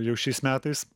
jau šiais metais